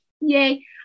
yay